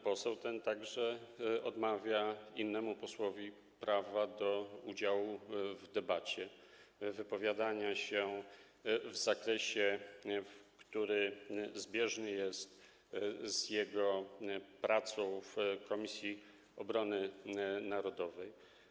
Poseł ten odmawia innemu posłowi prawa do udziału w debacie, wypowiadania się w zakresie, który zbieżny jest z jego pracą w Komisji Obrony Narodowej.